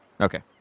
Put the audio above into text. Okay